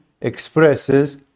expresses